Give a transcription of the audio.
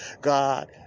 God